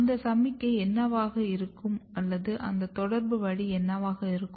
அந்த சமிக்ஞை என்னவாக இருக்கும் அல்லது அந்த தொடர்பு வழி என்னவாக இருக்கும்